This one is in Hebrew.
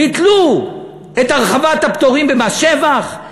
ביטלו את הרחבת הפטורים במס שבח.